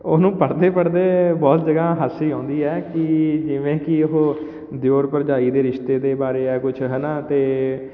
ਉਹਨੂੰ ਪੜ੍ਹਦੇ ਪੜ੍ਹਦੇ ਬਹੁਤ ਜਗ੍ਹਾ ਹਾਸੀ ਆਉਂਦੀ ਹੈ ਕਿ ਜਿਵੇਂ ਕਿ ਉਹ ਦਿਓਰ ਭਰਜਾਈ ਦੇ ਰਿਸ਼ਤੇ ਦੇ ਬਾਰੇ ਜਾਂ ਕੁਝ ਹੈ ਨਾ ਅਤੇ